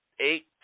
eight